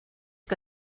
que